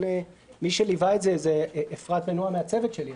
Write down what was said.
מי שליוו את זה הן אפרת ונועה מהצוות שלי,